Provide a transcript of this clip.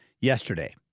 yesterday